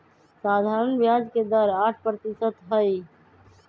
सधारण ब्याज के दर आठ परतिशत हई